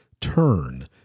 turn